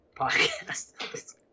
podcast